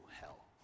hell